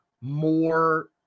more